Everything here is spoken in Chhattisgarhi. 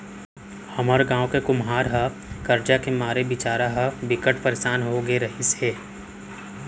हमर गांव के कुमार ह करजा के मारे बिचारा ह बिकट परसान हो गे रिहिस हे